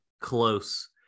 close